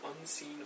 unseen